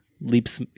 Leaps